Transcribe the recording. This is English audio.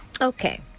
Okay